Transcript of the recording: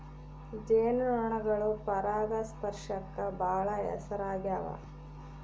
ಜೇನು ನೊಣಗಳು ಪರಾಗಸ್ಪರ್ಶಕ್ಕ ಬಾಳ ಹೆಸರಾಗ್ಯವ